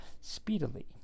speedily